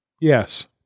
Yes